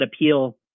appeal